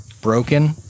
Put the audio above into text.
broken